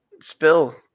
spill